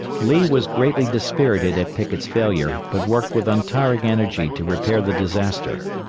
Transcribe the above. lee was greatly dispirited at pickett's failure, but worked with untiring energy to repair the disaster.